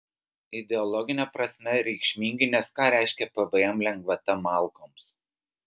ideologine prasme reikšmingi nes ką reiškia pvm lengvata malkoms